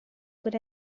good